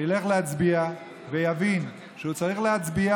שילך להצביע ויבין שהוא צריך להצביע